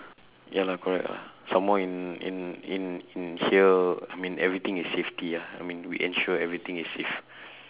ya lah correct lah some more in in in in here I mean everything is safety lah I mean we ensure everything is safe